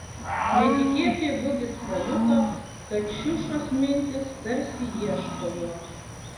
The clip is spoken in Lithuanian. netikėtai gugis pajuto kad šiušos mintys tarsi ieško jo